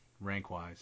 rank-wise